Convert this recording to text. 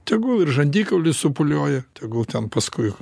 tegu ir žandikaulis supūliuoja tegul ten paskui